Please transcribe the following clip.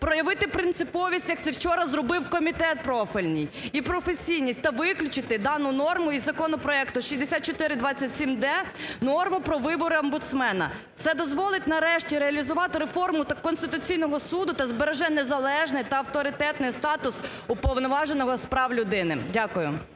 проявити принциповість, як це вчора зробив комітет профільний, і професійність та виключити дану норму із законопроекту 6427-д, норму про вибори омбудсмена. Це дозволить, нарешті, реалізувати реформу Конституційного Суду та збереже незалежний та авторитетний статус Уповноваженого з прав людини. Дякую.